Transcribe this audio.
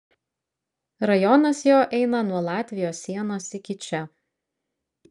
rajonas jo eina nuo latvijos sienos iki čia